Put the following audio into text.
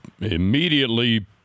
immediately